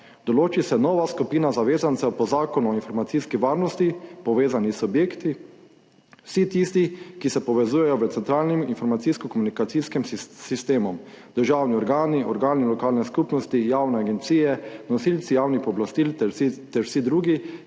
Določi se nova skupina zavezancev po Zakonu o informacijski varnosti, povezani s subjekti, vsi tisti, ki se povezujejo v centralnem informacijsko-komunikacijskem sistemu: državni organi, organi lokalne skupnosti, javne agencije, nosilci javnih pooblastil ter vsi drugi,